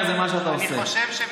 אני בעד.